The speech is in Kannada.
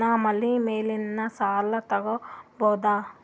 ನಾ ಮನಿ ಮ್ಯಾಲಿನ ಸಾಲ ತಗೋಬಹುದಾ?